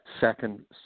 Second